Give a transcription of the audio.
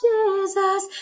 Jesus